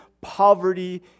Poverty